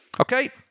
Okay